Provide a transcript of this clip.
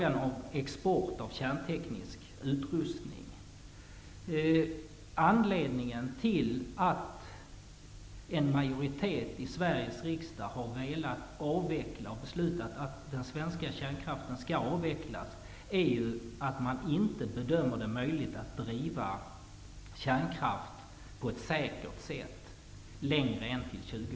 Anledningen till att en majoritet i Sveriges riksdag har beslutat att den svenska kärnkraften skall avvecklas är att man inte bedömer att det är möjligt att driva kärnkraft på ett säkert sätt längre än till år 2010.